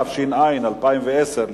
התש"ע 2010,